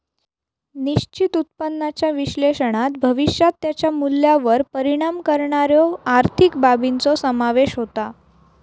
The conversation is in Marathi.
निश्चित उत्पन्नाच्या विश्लेषणात भविष्यात त्याच्या मूल्यावर परिणाम करणाऱ्यो आर्थिक बाबींचो समावेश होता